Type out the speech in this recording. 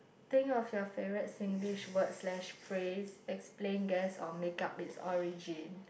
think of your favourite Singlish word slash phrase explain guess or make up its origin